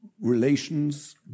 relations